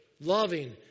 loving